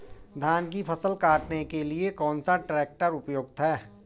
धान की फसल काटने के लिए कौन सा ट्रैक्टर उपयुक्त है?